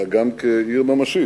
אלא גם עיר ממשית,